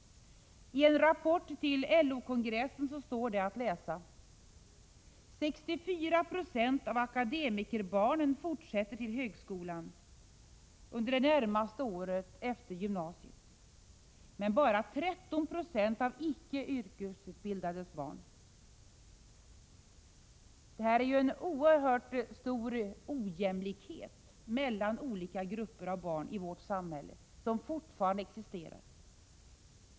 I en rapport till LO kongressen står det att läsa: ”64 Fo av akademikerbarnen fortsätter till högskolan under de närmaste åren efter gymnasiet, men bara 13 96 av icke yrkesutbildades barn.” Detta är en oerhört stor ojämlikhet mellan olika grupper av barn i vårt samhälle som fortfarande existerar.